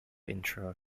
intro